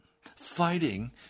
Fighting